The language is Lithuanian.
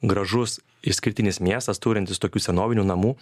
gražus išskirtinis miestas turintis tokių senovinių namų